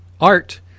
art